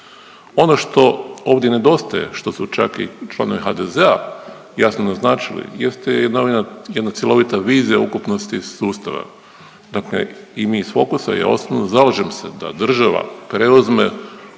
Ono što ovdje nedostaje što su čak i članovi HDZ-a jasno naznačili jeste jedna cjelovita vizija ukupnosti sustava dakle i mi iz Fokusa i ja osobno zalažem se da država preuzme ukupnost